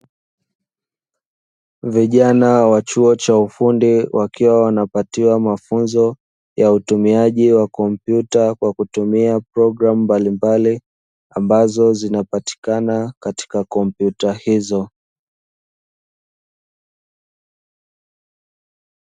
Vijana wa chuo cha ufundi wakiwa wanapatiwa mafunzo ya utumiaji wa kompyuta kwa kutumia programu mbalimbali ambazo zinapatikana katika kompyuta hizo.